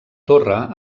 torre